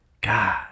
God